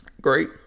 Great